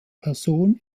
person